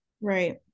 Right